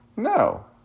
No